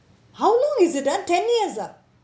how long is it ah ten years ah